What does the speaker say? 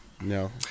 No